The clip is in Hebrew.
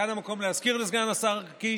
כאן המקום להזכיר לסגן השר קיש,